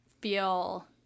feel